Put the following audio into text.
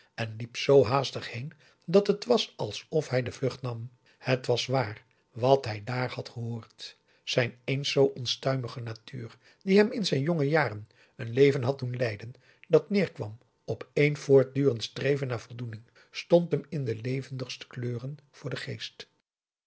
en liep zoo haastig heen dat het was alsof hij de vlucht nam het was waar wat hij daar had gehoord zijn eens zoo onstuimige natuur die hem in zijn jonge jaren een leven had doen leiden dat neerkwam op één voortdurend streven naar voldoening stond hem in de levendigste kleuren voor den geest